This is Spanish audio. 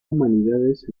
humanidades